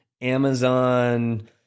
Amazon